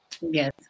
Yes